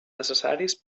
necessaris